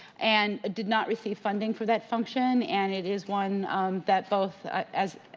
and did not receive funding for that function and it is one that both as